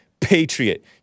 patriot